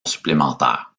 supplémentaire